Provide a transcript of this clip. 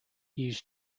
used